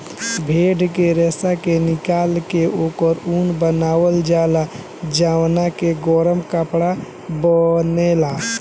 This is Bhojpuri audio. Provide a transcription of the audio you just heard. भेड़ के रेशा के निकाल के ओकर ऊन बनावल जाला जवना के गरम कपड़ा बनेला